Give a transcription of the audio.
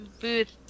booth